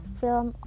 film